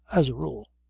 as a rule.